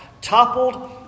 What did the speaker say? toppled